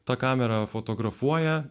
ta kamera fotografuoja